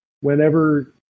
Whenever